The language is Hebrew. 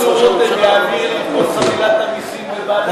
ההצעה להעביר את הצעת חוק שותפות במיזמי ביו-רפואה,